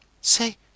Say